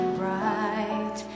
bright